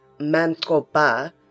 Mankoba